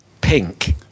Pink